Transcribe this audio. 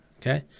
Okay